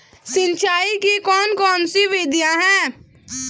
सिंचाई की कौन कौन सी विधियां हैं?